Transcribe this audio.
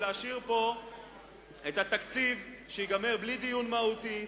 ולהשאיר פה את התקציב שייגמר בלי דיון מהותי,